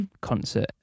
concert